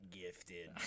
gifted